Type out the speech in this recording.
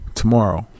tomorrow